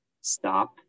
stop